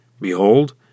Behold